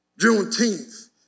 Juneteenth